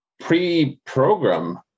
pre-program